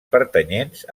pertanyents